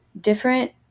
different